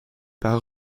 par